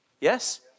Yes